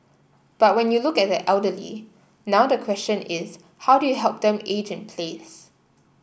but when you look at the elderly now the question is how do you help them to age in place